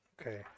Okay